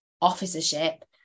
officership